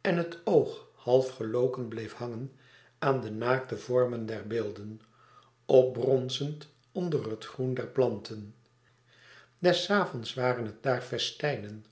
en het oog half geloken bleef hangen aan de naakte vormen der beelden opbronzend onder het groen der planten des avonds waren het daar festijnen